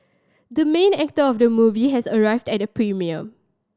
the main actor of the movie has arrived at the premiere